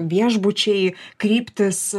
viešbučiai kryptys